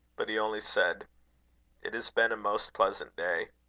but he only said it has been a most pleasant day.